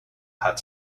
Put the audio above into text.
had